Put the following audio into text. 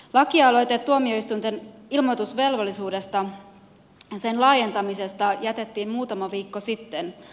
lakialoite tuomioistuinten ilmoitusvelvollisuuden laajentamisesta jätettiin muutama viikko sitten